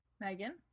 megan